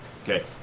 Okay